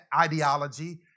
ideology